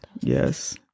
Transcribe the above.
Yes